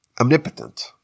Omnipotent